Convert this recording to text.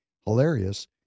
hilarious